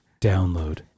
Download